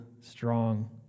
strong